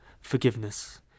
forgiveness